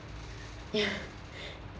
ya